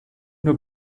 nur